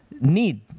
need